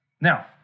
Now